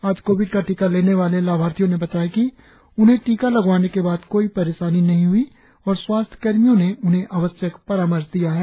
आज कोविड का टीका लेने वाले लाभार्थियों ने बताया कि उन्हें टीका लगवाने के बाद कोई परेशानी नहीं हई और स्वास्थ्य कर्मियों ने उन्हें आवश्यक परामर्श दिया है